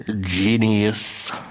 Genius